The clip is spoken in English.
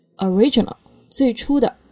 original,最初的